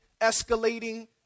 escalating